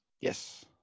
yes